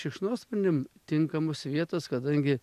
šikšnosparniam tinkamos vietos kadangi